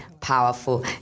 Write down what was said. Powerful